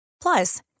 Plus